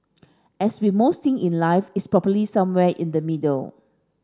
as with most things in life it's probably somewhere in the middle